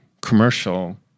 commercial